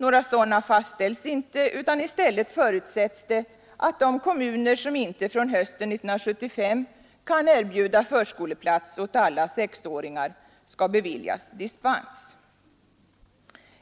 Några sådana fastställs inte utan i stället förutsätts det att de kommuner som inte från hösten 1975 kan erbjuda förskoleplats åt alla sexåringar skall beviljas dispens.